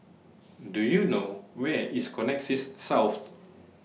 Do YOU know Where IS Connexis South